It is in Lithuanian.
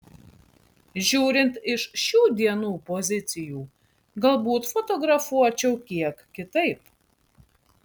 žiūrint iš šių dienų pozicijų galbūt fotografuočiau kiek kitaip